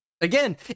again